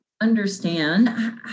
Understand